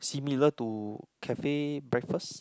similar to cafe breakfast